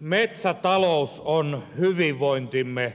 metsätalous on hyvinvointimme perustana